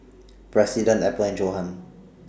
President Apple and Johan